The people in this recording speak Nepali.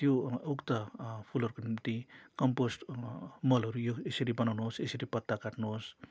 त्यो उक्त फुलहरूको निम्ति कम्पोस्ट मलहरू यो यसरी बनाउनुहोस् यसरी पत्ता काट्नुहोस्